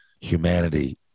humanity